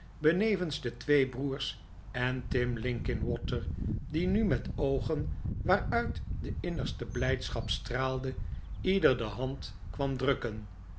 benevens de twee broers en tim linkinwater die nu met oogen waaruit de innigste blijdschap straalde ieder de hand kwam drukken